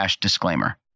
disclaimer